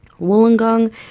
Wollongong